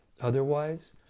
Otherwise